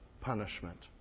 punishment